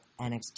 NXT